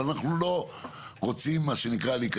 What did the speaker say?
אבל אנחנו לא רוצים מה שנקרא,